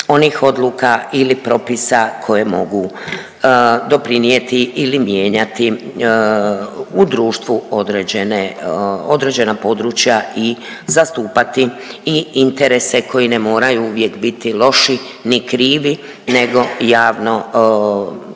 onih odluka ili propisa koje mogu doprinijeti ili mijenjati u društvu određene, određena područja i zastupati i interese koji ne moraju uvijek biti loši ni krivi nego javno